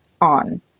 on